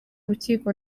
rukiko